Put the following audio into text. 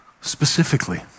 specifically